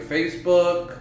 Facebook